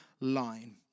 line